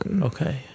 Okay